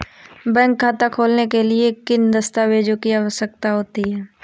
Bank खाता खोलने के लिए किन दस्तावेजों की आवश्यकता होती है?